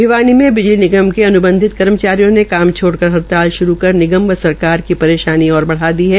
भिवानी में बिजली निगम के अन्बंधित कर्मचारियों ने काम छोड़कर हड़ताल श्रू कर निगम व सरकार की परेशानी ओर बढ़ादी है